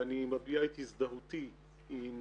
ואני מביע את הזדהותי עם